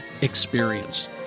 experience